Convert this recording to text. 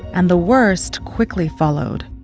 and the worst quickly followed.